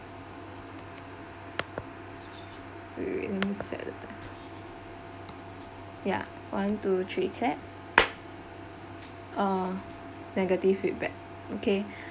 wait wait wait let me set the thing ya one two three clap uh negative feedback okay